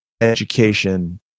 education